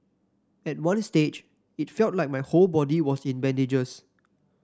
at one stage it felt like my whole body was in bandages